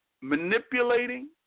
manipulating